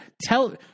tell